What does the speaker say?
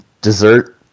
dessert